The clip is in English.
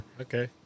Okay